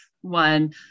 one